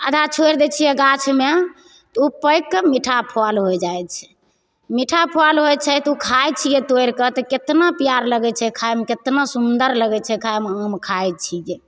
आधा छोड़ि दै छियै गाछमे तऽ ओ पाकिके मीठा फल होइ जाइत छै मीठा फल होइत छै तऽ ओ खाइ छियै तोड़ि कऽ केतना प्यार लगैत छै खाइमे केतना सुन्दर लगैत छै खाइमे आम खाइत छियै